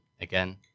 again